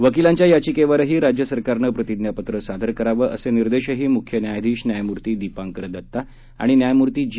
वकीलांच्या याचिकेवरही राज्य सरकारनं प्रतिज्ञापत्र सादर करावं असे निर्देशही मुख्य न्यायाधीश न्यायमूर्ती दिपांकर दत्त आणि न्यायमूर्ती जी